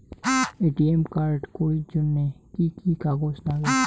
ATM card করির জন্যে কি কি কাগজ নাগে?